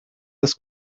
das